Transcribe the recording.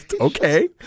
Okay